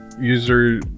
user